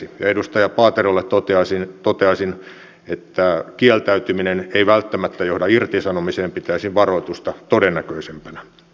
ja edustaja paaterolle toteaisin että kieltäytyminen ei välttämättä johda irtisanomiseen pitäisin varoitusta todennäköisempänä